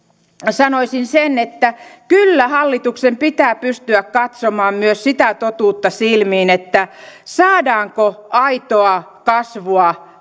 sanoisin että kyllä hallituksen pitää pystyä katsomaan myös sitä totuutta silmiin saadaanko aitoa kasvua